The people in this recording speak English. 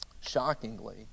Shockingly